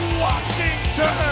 Washington